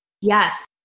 Yes